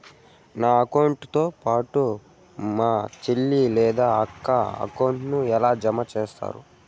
నా అకౌంట్ తో పాటు మా చెల్లి లేదా అక్క అకౌంట్ ను ఎలా జామ సేస్తారు?